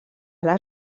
les